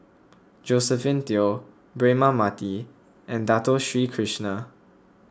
Josephine Teo Braema Mathi and Dato Sri Krishna